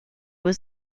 was